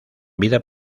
vida